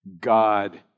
God